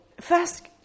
first